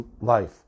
life